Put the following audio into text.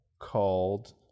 Called